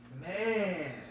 Man